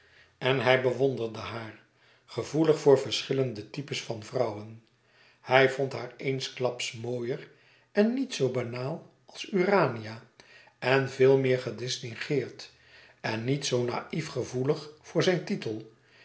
en hij bewonderde haar gevoelig voor verschillende types van vrouwen hij vond haar eensklaps mooier en niet zoo banaal als urania en veel meer gedistingeerd en niet zoo naïf gevoelig voor zijn titel